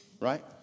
right